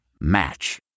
Match